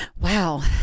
Wow